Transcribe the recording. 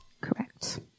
Correct